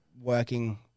working